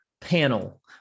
panel